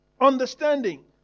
understanding